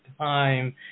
time